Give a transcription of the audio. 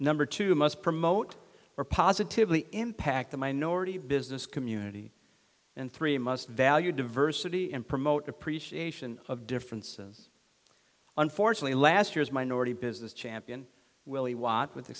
number two must promote or positively impact the minority business community and three must value diversity and promote appreciation of differences unfortunately last year's minority business champion willie watt with